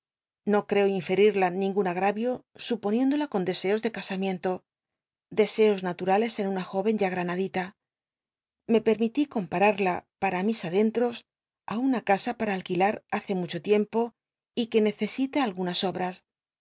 no creo infcrirla ningun agra io su poniénd ola con deseos de cnsamiento deseos ermili natumles en una jóven ya gmnadila me permití compararla para mis adentros á una casa para alquilar hace mucho tiempo y c ue necesita algunas obras